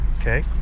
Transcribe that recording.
Okay